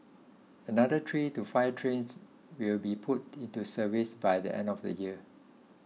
another three to five trains will be put into service by the end of the year